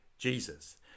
Jesus